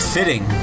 Fitting